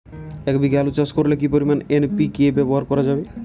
এক বিঘে আলু চাষ করলে কি পরিমাণ এন.পি.কে ব্যবহার করা যাবে?